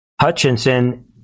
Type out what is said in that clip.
Hutchinson